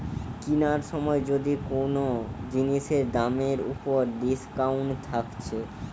কিনার সময় যদি কুনো জিনিসের দামের উপর ডিসকাউন্ট থাকছে